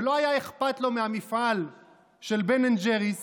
ולא היה אכפת לו מהמפעל של בן אנד ג'ריס